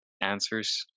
answers